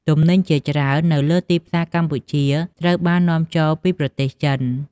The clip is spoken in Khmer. ទំនិញជាច្រើននៅលើទីផ្សារកម្ពុជាត្រូវបាននាំចូលពីប្រទេសចិន។